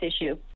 issue